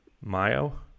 Mayo